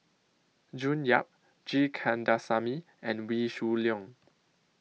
June Yap G Kandasamy and Wee Shoo Leong